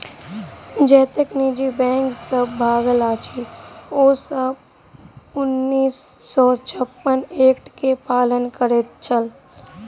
जतेक निजी बैंक सब भागल अछि, ओ सब उन्नैस सौ छप्पन एक्ट के पालन करैत छल